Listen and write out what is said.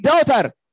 daughter